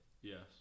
Yes